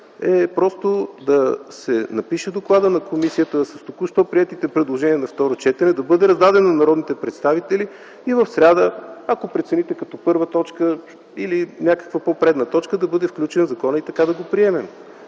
е да се напише докладът на комисията с току-що приетите предложения на второ четене, да бъде раздаден на народните представители и в сряда, ако прецените, като т. 1 или като някаква по-предна точка да бъде включен и така да го приемем.